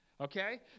Okay